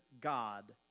God